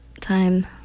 time